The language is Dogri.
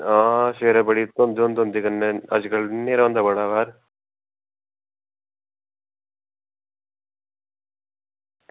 आं सबेरै बड़ी धुन्ध औंदी कन्नै बड़ा न्हेरा होंदा बाहर